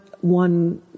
one